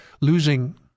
losing